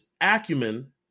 acumen